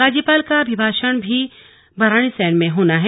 राज्यपाल का अभिभाषण भी भराड़ीसैंण में होना है